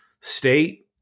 state